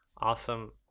Awesome